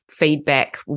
feedback